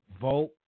Vote